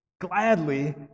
gladly